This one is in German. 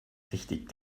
richtig